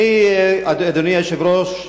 אדוני היושב-ראש,